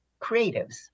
creatives